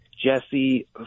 Jesse